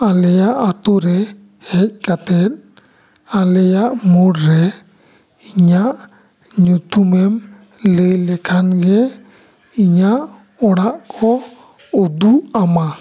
ᱟᱞᱮᱭᱟᱜ ᱟᱛᱳ ᱨᱮ ᱦᱮᱡ ᱠᱟᱛᱮᱫ ᱟᱞᱮᱭᱟᱜ ᱢᱳᱲ ᱨᱮ ᱤᱧᱟᱹᱜ ᱧᱩᱛᱩᱢᱮᱢ ᱞᱟᱹᱭ ᱞᱮᱠᱷᱟᱱ ᱜᱮ ᱤᱧᱟᱹᱜ ᱚᱲᱟᱜ ᱠᱚ ᱩᱫᱩᱜ ᱟᱢᱟ